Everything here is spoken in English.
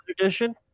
Edition